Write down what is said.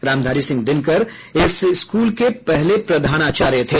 रामधारी सिंह दिनकर इस स्कूल के पहले प्रधानाचार्य थे